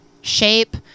shape